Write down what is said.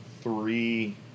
three